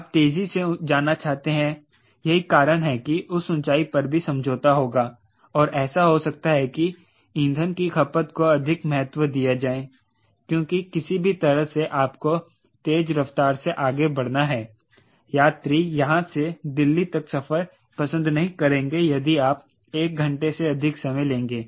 आप तेज़ी से जाना चाहते हैं यही कारण है कि उस ऊंचाई पर भी समझौता होगा और ऐसा हो सकता है कि ईंधन की खपत को अधिक महत्व दिया जाए क्योंकि किसी भी तरह से आपको तेज रफ्तार से आगे बढ़ना है यात्री यहां से दिल्ली तक सफर पसंद नहीं करेंगे यदि आप एक घंटे से अधिक समय लेंगे